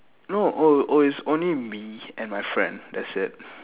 no oh oh it's only me and my friend that's it